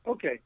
Okay